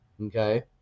Okay